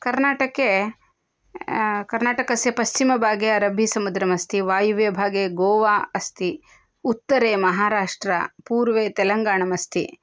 कर्णाटके कर्णाटकस्य पश्चिमभागे अरबीसमुद्रम् अस्ति वायुव्येभागे गोवा अस्ति उत्तरे महाराष्ट्र पूर्वे तेलङ्गाणा अस्ति